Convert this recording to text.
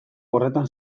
horretan